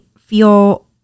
feel